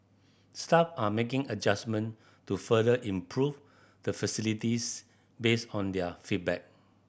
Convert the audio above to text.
staff are making adjustment to further improve the facilities based on their feedback